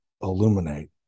illuminate